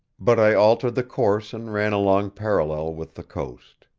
but i altered the course and ran along parallel with the coast.